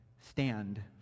stand